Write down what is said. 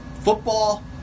Football